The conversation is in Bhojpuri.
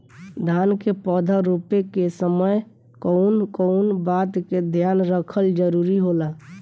धान के पौधा रोप के समय कउन कउन बात के ध्यान रखल जरूरी होला?